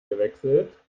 gewechselt